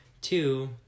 Two